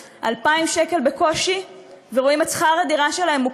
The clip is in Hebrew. אליו, שרואה את שכר הדירה שלו עולה,